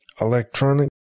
electronic